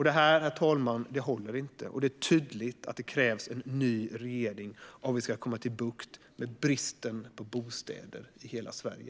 Det här håller inte, herr talman. Det är tydligt att det krävs en ny regering om vi ska få bukt med bristen på bostäder i hela Sverige.